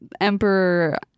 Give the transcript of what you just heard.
Emperor